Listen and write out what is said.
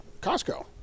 Costco